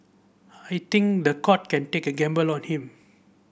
I think the court can take a gamble on him